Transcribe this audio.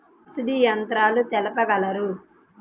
Subsidy యంత్రాలు తెలుపగలరు?